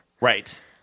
Right